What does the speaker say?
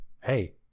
hey